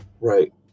Right